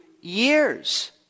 years